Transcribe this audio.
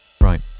Right